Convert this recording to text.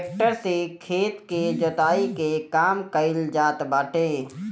tractor से खेत के जोताई के काम कइल जात बाटे